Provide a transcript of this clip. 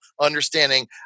understanding